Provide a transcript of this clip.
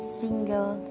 single